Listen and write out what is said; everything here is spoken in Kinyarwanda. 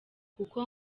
kuko